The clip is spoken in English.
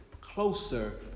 closer